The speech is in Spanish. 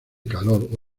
calor